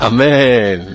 Amen